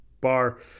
bar